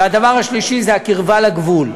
והדבר השלישי הוא הקרבה לגבול.